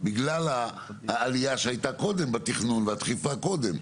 בגלל העלייה שהייתה קודם בתכנון והדחיפה קודם.